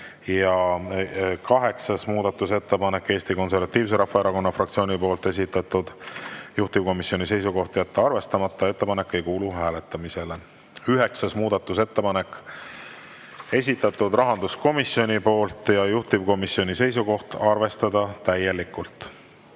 Kaheksas muudatusettepanek on Eesti Konservatiivse Rahvaerakonna fraktsiooni esitatud, juhtivkomisjoni seisukoht on jätta arvestamata. Ettepanek ei kuulu hääletamisele. Üheksas muudatusettepanek, esitatud rahanduskomisjoni poolt, juhtivkomisjoni seisukoht: arvestada täielikult.